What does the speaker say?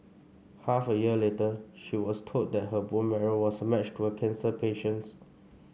half a year later she was told that her bone marrow was a match to a cancer patient's